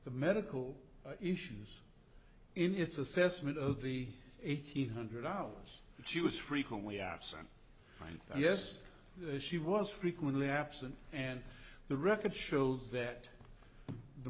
the medical issues in its assessment of the eighteen hundred hours she was frequently absent yes she was frequently absent and the record shows that the